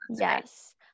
Yes